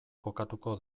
jokatuko